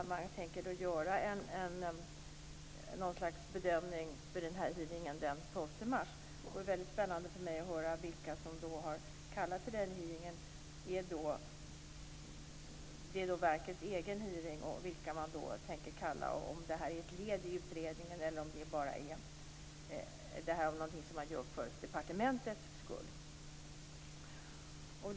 I stället tänker man göra något slags bedömning vid hearingen den 12 mars. Det vore väldigt spännande för mig att höra vilka man tänker kalla till den hearingen, som är verkets egen. Är detta ett led i utredningen, eller är det bara någonting som man gör för departementets skull?